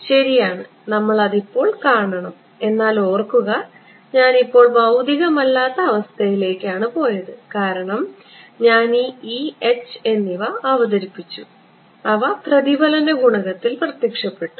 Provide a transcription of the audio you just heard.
ശരിയാണ് നമ്മൾ അതിപ്പോൾ കാണണം എന്നാൽ ഓർക്കുക ഞാൻ ഇപ്പോൾ ഭൌതികമല്ലാത്ത അവസ്ഥയിലേക്കാണ് പോയത് കാരണം ഞാൻ ഈ e h എന്നിവ അവതരിപ്പിച്ചു അവ പ്രതിഫലന ഗുണകത്തിൽ പ്രത്യക്ഷപ്പെട്ടു